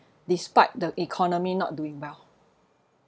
despite the economy not doing well